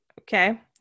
okay